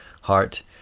heart